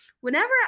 Whenever